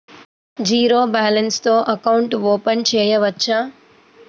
Zero balance తో account open చేయవచ్చు?